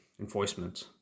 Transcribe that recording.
enforcement